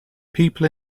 people